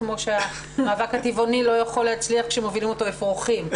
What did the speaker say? כמו שהמאבק הטבעוני לא יכול להצליח כשמובילים אותו אפרוחים.